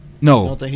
No